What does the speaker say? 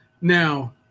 Now